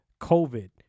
COVID